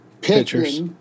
pictures